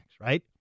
right